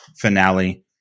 finale